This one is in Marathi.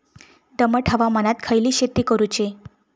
दमट हवामानात खयली शेती करूची?